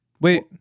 Wait